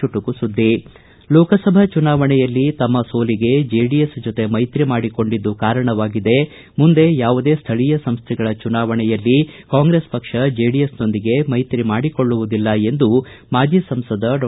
ಚುಟುಕು ಸುದ್ದಿ ಲೋಕಸಭಾ ಚುನಾವಣೆಯಲ್ಲಿ ತಮ್ಮ ಸೋಲಿಗೆ ಜೆಡಿಎಸ್ ಜೊತೆ ಮೈತ್ರಿ ಮಾಡಿಕೊಂಡಿದ್ದು ಕಾರಣವಾಗಿದೆ ಮುಂದೆ ಯಾವುದೇ ಸ್ಥಳೀಯ ಸಂಸ್ಥೆಗಳ ಚುನಾವಣೆಯಲ್ಲಿ ಕಾಂಗ್ರೆಸ್ ಪಕ್ಷ ಜೆಡಿಎಸ್ನೊಂದಿಗೆ ಮೈತ್ರಿ ಮಾಡಿಕೊಳ್ಳುವುದಿಲ್ಲ ಎಂದು ಮಾಜಿ ಸಂಸದ ಡಾ